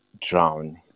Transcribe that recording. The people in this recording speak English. drown